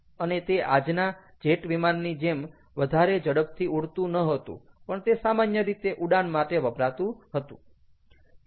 અને તે આજના જેટ વિમાન ની જેમ વધારે ઝડપથી ઉડતું નહોતું પણ તે સામાન્ય રીતે ઉડાણ માટે વપરાતું હતું